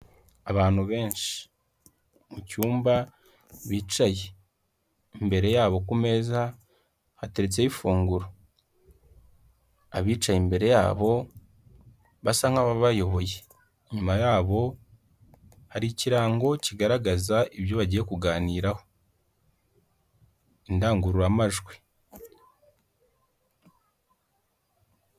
Abantu benshi, mu cyumba, bicaye, imbere yabo ku meza hateretseho ifunguro, abicaye imbere yabo basa nk'ababayoboye, inyuma yabo hari ikirango kigaragaza ibyo bagiye kuganiraho, indangururamajwi.